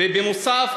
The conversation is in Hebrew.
ובנוסף,